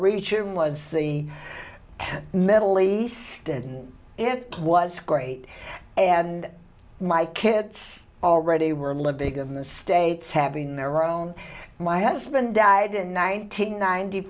region was the middle east and it was great and my kids already were live big of the states having their own my husband died in nineteen ninety